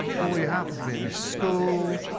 um or you happen to be in a school,